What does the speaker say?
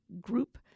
group